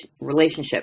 relationship